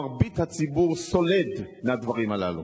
מרבית הציבור סולד מהדברים הללו.